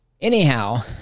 anyhow